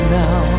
now